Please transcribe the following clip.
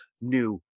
new